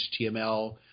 HTML